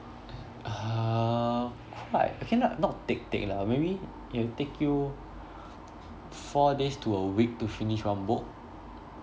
uh quite okay lah not thick thick lah maybe it'll take you four days to a week to finish one book